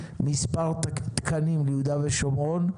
מספר תקנים ליהודה ושומרון.